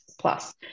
plus